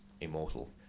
immortal